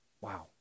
Wow